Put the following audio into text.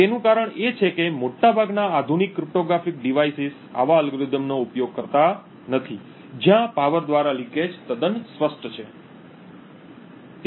તેનું કારણ એ છે કે મોટાભાગના આધુનિક ક્રિપ્ટોગ્રાફિક ડિવાઇસેસ આવા અલ્ગોરિધમ્સનો ઉપયોગ કરતા નથી જ્યાં પાવર દ્વારા લિકેજ તદ્દન સ્પષ્ટ છે